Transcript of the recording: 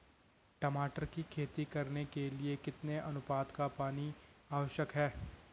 टमाटर की खेती करने के लिए कितने अनुपात का पानी आवश्यक है?